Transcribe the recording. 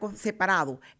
separado